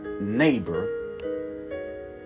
neighbor